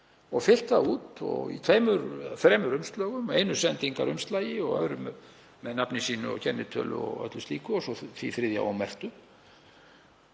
og fyllt út í tveimur, þremur umslögum, einu sendingarumslagi og öðru með nafni sínu og kennitölu og öllu slíku og svo því þriðja ómerktu